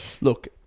Look